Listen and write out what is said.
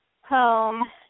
home